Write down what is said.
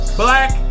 black